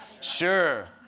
Sure